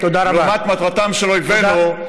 לעומת מטרתם של אויבינו,